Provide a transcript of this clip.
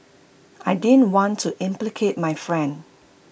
I didn't want to implicate my friend